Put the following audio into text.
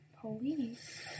Police